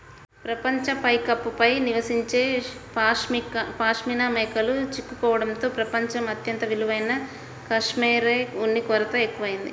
ప్రపంచ పైకప్పు పై నివసించే పాష్మినా మేకలు చిక్కుకోవడంతో ప్రపంచం అత్యంత విలువైన కష్మెరె ఉన్ని కొరత ఎక్కువయింది